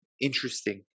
interesting